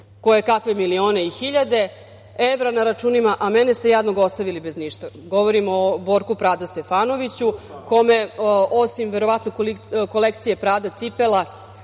kojekakve milione i hiljade evra na računima, a mene ste jadnog ostavili bez ništa? Govorim o Borku Prada Stefanoviću, kome, osim verovatno kolekcije „Prada“ cipela,